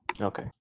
Okay